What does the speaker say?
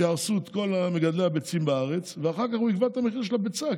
יהרסו את כל מגדלי הביצים בארץ ואחר כך הוא יקבע את המחיר של הביצה,